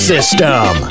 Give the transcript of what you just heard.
System